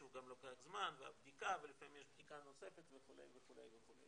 שהוא גם לוקח זמן והבדיקה ולפעמים יש בדיקה נוספת וכו' וכו' וכו'.